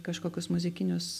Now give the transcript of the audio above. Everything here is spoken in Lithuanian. kažkokius muzikinius